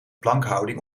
plankhouding